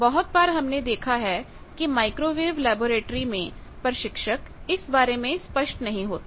बहुत बार हमने देखा है कि माइक्रोवेव लैबोरेट्री में प्रशिक्षक इस बारे में स्पष्ट नहीं होते